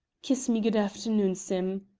kiss me good afternoon, sim.